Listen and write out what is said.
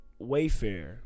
Wayfair